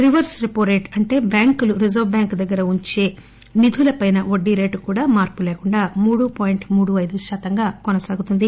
reverse repo rate అంటే బ్యాంకులు reserve bank దగ్గర ఉంచే నిధులపైన వడ్డీ రేటు కూడా మార్పు లేకుండా మూడు పాయింట్ మూడు అయిదు శాతంగా కొనసాగుతుంది